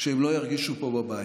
שהם לא ירגישו פה בבית.